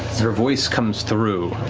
her voice comes through.